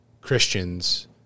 Christians